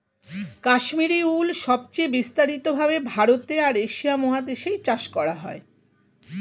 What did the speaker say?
কাশ্মীরি উল সবচেয়ে বিস্তারিত ভাবে ভারতে আর এশিয়া মহাদেশে চাষ করা হয়